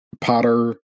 Potter